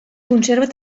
conserven